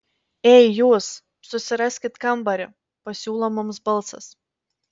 ei jūs susiraskit kambarį pasiūlo mums balsas